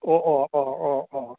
ꯑꯣ ꯑꯣ ꯑꯣ ꯑꯣ ꯑꯣ